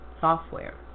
software